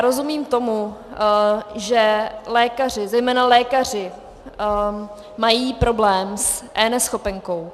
Rozumím tomu, že lékaři, zejména lékaři mají problém s eNeschopenkou.